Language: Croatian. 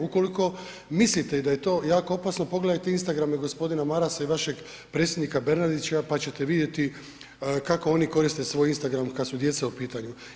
Ukoliko mislite da je to jako opasno, pogledajte instagrame g. Marasa i vašeg predsjednika Bernardića, pa ćete vidjeti, kako oni koriste svoj instagram kada su djeca u pitanju.